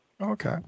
Okay